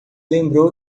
lembrou